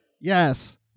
Yes